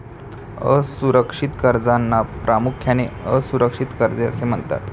असुरक्षित कर्जांना प्रामुख्याने असुरक्षित कर्जे असे म्हणतात